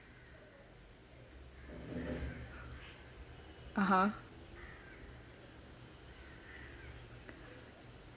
(uh huh)